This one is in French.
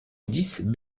dix